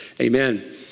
amen